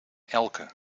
elke